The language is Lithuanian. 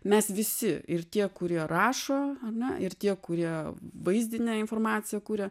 mes visi ir tie kurie rašo ar ne ir tie kurie vaizdinę informaciją kuria